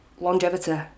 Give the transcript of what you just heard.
longevity